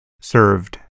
served